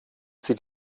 sie